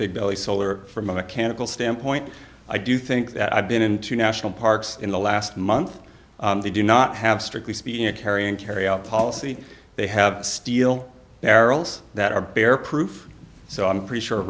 big belly solar from a mechanical standpoint i do think that i've been in two national parks in the last month they do not have strictly speaking a carry on carry out policy they have steel barrels that are bear proof so i'm pretty sure